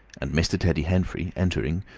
and mr. teddy henfrey, entering,